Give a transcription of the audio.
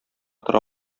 тора